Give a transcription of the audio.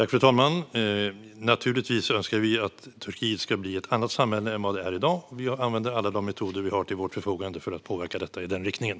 Fru talman! Naturligtvis önskar vi att Turkiet ska bli ett annat samhälle än det är i dag. Vi använder alla de metoder vi har till vårt förfogande för att påverka detta i den riktningen.